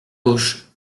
gauche